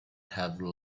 have